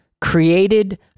created